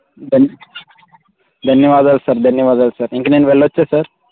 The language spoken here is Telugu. దన్ ధన్యవాదాలు సార్ ధన్యవాదాలు సార్ ఇక నేను వెళ్ళొచ్చా సార్